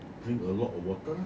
drink a lot of water lah